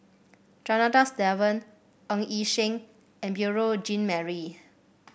Janadas Devan Ng Yi Sheng and Beurel Jean Marie